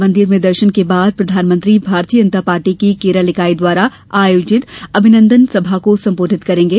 मंदिर में दर्शन के बाद प्रधानमंत्री भारतीय जनता पार्टी की केरल इकाई द्वारा आयोजित अभिनंदन सभा को संबोधित करेंगे